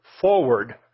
forward